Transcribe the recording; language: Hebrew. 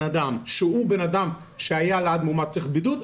אדם שהוא בן אדם שהיה מאומת והוא צריך בידוד,